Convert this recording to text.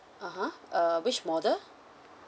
(uh huh) uh which model